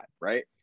right